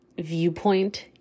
viewpoint